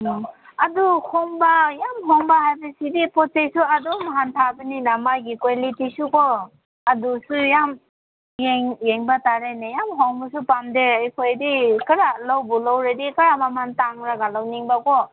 ꯎꯝ ꯑꯗꯨ ꯍꯣꯡꯕ ꯌꯥꯝ ꯍꯣꯡꯕ ꯍꯥꯏꯕꯁꯤꯗꯤ ꯄꯣꯠ ꯆꯩꯁꯨ ꯑꯗꯨꯝ ꯍꯟꯊꯕꯅꯤꯅ ꯃꯥꯒꯤ ꯀ꯭ꯋꯥꯂꯤꯇꯤꯁꯨ ꯀꯣ ꯑꯗꯨꯁꯨ ꯌꯥꯝ ꯌꯦꯡꯕ ꯇꯥꯔꯦꯅꯦ ꯌꯥꯝ ꯍꯣꯡꯕꯁꯨ ꯄꯥꯝꯗꯦ ꯑꯩꯈꯣꯏꯗꯤ ꯈꯔ ꯂꯧꯕꯨ ꯂꯧꯔꯗꯤ ꯈꯔ ꯃꯃꯟ ꯇꯥꯡꯂꯒ ꯂꯧꯅꯤꯡꯕ ꯀꯣ